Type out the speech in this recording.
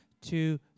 two